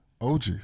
OG